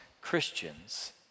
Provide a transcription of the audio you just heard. Christians